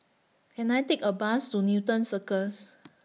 Can I Take A Bus to Newton Circus